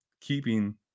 keeping